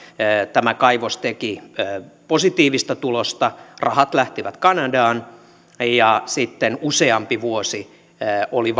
tämä kaivos teki positiivista tulosta rahat lähtivät kanadaan ja sitten useampi vuosi oli